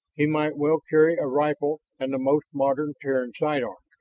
he might well carry a rifle and the most modern terran sidearms.